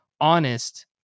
honest